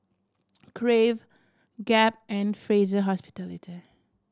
Crave Gap and Fraser Hospitality